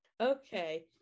Okay